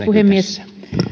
puhemies